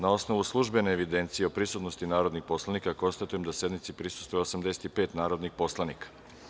Na osnovu službene evidencije o prisutnosti narodnih poslanika, konstatujem da sednici prisustvuje 119 narodnih poslanika.